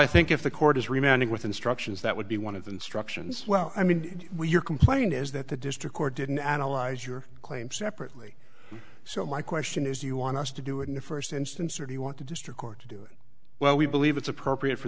i think if the court is remanded with instructions that would be one of the instructions well i mean your complaint is that the district court didn't analyze your claim separately so my question is do you want us to do it in the first instance or do you want to district court to do it well we believe it's appropriate for